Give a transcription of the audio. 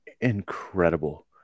incredible